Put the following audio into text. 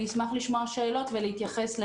אשמח לשמוע שאלות שמעניינות אתכם ולהתייחס.